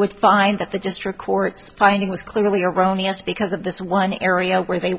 would find that the district courts find with clearly erroneous because of this one area where they